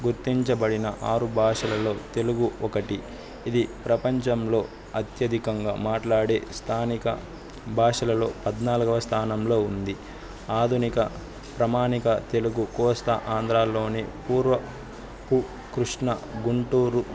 గుర్తించబడిన ఆరు భాషలలో తెలుగు ఒకటి ఇది ప్రపంచంలో అత్యధికంగా మాట్లాడే స్థానిక భాషలలో పధ్నాల్గవ స్థానంలో ఉంది ఆధునిక ప్రమాణిక తెలుగు కోస్తా ఆంధ్రలోని పూర్వ పు కృష్ణ గుంటూరు